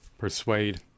persuade